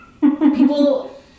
people